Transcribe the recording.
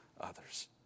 others